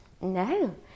No